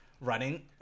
running